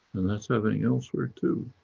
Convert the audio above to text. and that's happening elsewhere to